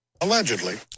allegedly